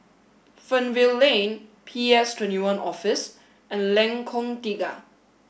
Fernvale Lane P S twenty one Office and Lengkong Tiga